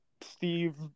Steve